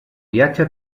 viatge